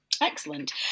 Excellent